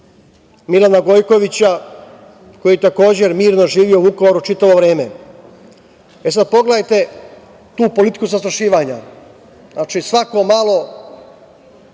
Milana Gojkovića, koji je takođe mirno živeo u Vukovaru čitavo vreme. Pogledajte tu politiku zastrašivanja. Znači, svako malo